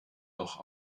noch